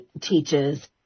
teaches